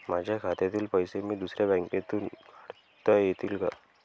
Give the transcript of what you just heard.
माझ्या खात्यातील पैसे मी दुसऱ्या बँकेतून काढता येतील का?